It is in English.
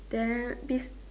there this